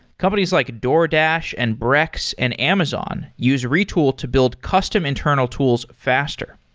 companies like a doordash, and brex, and amazon use retool to build custom internal tools faster.